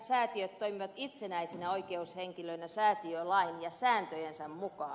säätiöt toimivat itsenäisinä oikeushenkilöinä säätiölain ja sääntöjensä mukaan